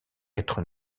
être